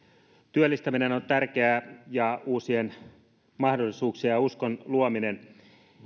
työllistäminen on tärkeää ja uusien mahdollisuuksien ja uskon luominen